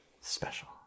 special